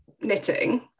knitting